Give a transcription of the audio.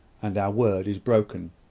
and our word is broken.